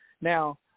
Now